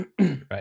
Right